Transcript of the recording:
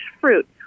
fruit